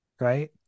Right